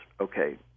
okay